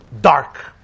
dark